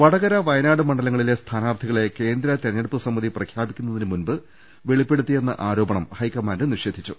വടകര വയനാട് മണ്ഡലങ്ങളിലെ സ്ഥാനാർഥികളെ കേന്ദ്ര തിര ഞ്ഞെടുപ്പ് സമിതി പ്രഖ്യാപിക്കുന്നതിന് മുമ്പ് വെളിപ്പെടുത്തിയെന്ന ആരോപണം ഹൈക്കമാൻഡ് നിഷേധിച്ചു